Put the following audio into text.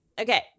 Okay